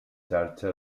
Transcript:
xarxa